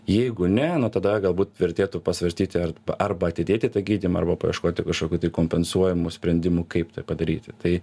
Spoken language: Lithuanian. jeigu ne na tada galbūt vertėtų pasvarstyti ar arba atidėti tą gydymą arba paieškoti kažkokių tai kompensuojamų sprendimų kaip tai padaryti tai